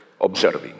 observing